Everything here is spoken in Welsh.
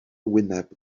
wyneb